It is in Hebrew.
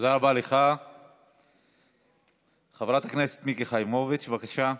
יכולים להתחיל את שנת הלימודים, כי אין להם